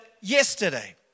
yesterday